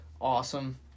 awesome